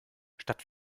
statt